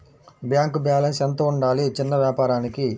Bank balance ఎంత ఉండాలి చిన్న వ్యాపారానికి?